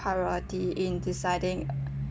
priority in deciding